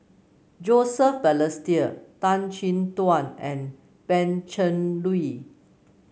Joseph Balestier Tan Chin Tuan and Pan Cheng Lui